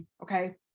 Okay